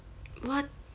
what